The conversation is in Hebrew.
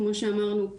כמו שאמרנו,